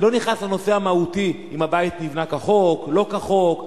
אני לא נכנס לנושא המהותי אם הבית נבנה כחוק או לא כחוק,